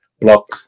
block